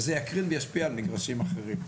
וזה יקרין וישפיע על מגרשים אחרים.